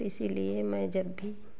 इसीलिए मैं जब भी